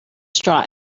straw